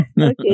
Okay